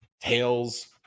Tails